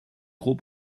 gros